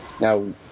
now